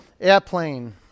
Airplane